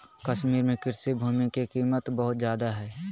कश्मीर में कृषि भूमि के कीमत बहुत ज्यादा हइ